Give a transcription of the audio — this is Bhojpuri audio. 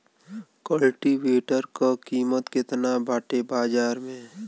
कल्टी वेटर क कीमत केतना बाटे बाजार में?